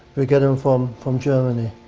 we get them from from germany.